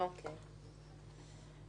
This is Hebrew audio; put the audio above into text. אוקי, מכרזי מערכת הביטחון.